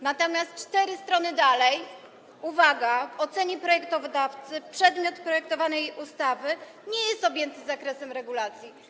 Natomiast cztery strony dalej - uwaga - w ocenie projektodawcy przedmiot projektowanej ustawy nie jest objęty zakresem regulacji.